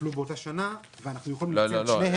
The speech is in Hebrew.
נפלו באותה שנה ואנחנו יכולים להוציא את שניהם --- לא,